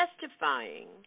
testifying